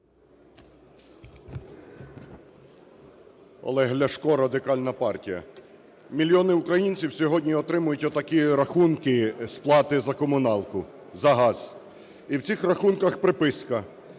Олег Ляшко, Радикальна партія. Мільйони українців сьогодні отримують от такі рахунки сплати за комуналку, за газ. І в цих рахунках приписка,